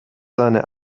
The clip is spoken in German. seine